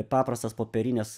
paprastas popierines